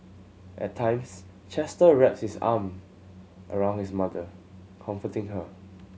at times Chester wrapped his arm around his mother comforting her